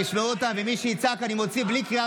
תושיב אותם, אף אחד לא צועק, תשמע אותם.